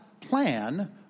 plan